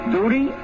Duty